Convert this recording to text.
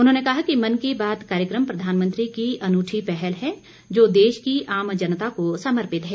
उन्होंने कहा कि मन की बात कार्यक्रम प्रधानमंत्री की अनूठी पहल है जो देश की आम जनता को समर्पित है